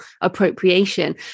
appropriation